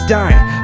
dying